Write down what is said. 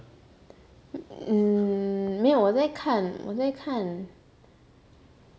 mm 没有我在看我在看